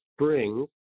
Springs